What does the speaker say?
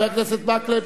ביקשתי הודעה אישית.